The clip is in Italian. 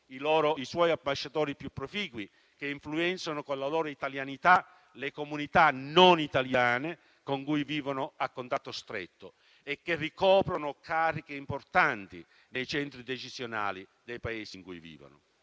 i suoi ambasciatori più proficui, che influenzano, con la loro italianità, le comunità non italiane con cui vivono a contatto stretto e che ricoprono cariche importanti nei centri decisionali dei Paesi in cui vivono.